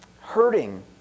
hurting